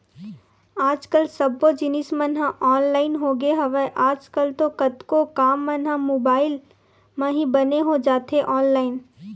आज कल सब्बो जिनिस मन ह ऑनलाइन होगे हवय, आज कल तो कतको काम मन ह मुबाइल म ही बने हो जाथे ऑनलाइन